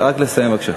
רק לסיים בבקשה.